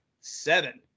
seven